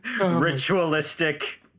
ritualistic